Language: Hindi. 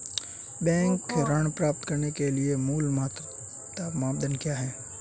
बैंक ऋण प्राप्त करने के लिए मूल पात्रता मानदंड क्या हैं?